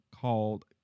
called